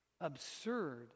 absurd